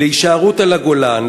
להישארות על הגולן,